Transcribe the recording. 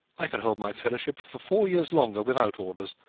i can hold my fellowship for four years longer without orders,